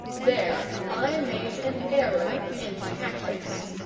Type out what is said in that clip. there i made an error in tactics.